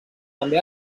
també